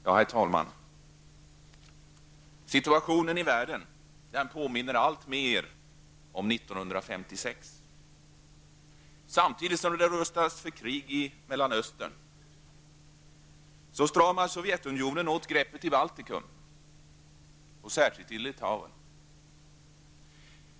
Herr talman! Situationen i världen påminner alltmer om 1956. Samtidigt som det rustas för krig i Mellanöstern stramar Sovjetunionen åt greppet i Balticum, särskilt i Litauen.